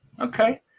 Okay